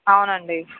అవునండి